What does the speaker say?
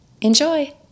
Enjoy